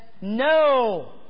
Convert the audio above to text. No